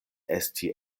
esti